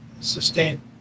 Sustain